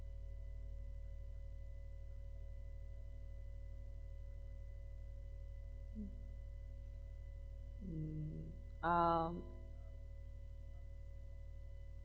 mm mm um